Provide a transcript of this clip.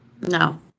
No